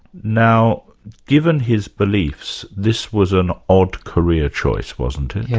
now given his beliefs, this was an odd career choice, wasn't it?